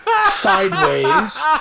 sideways